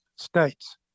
States